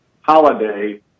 holiday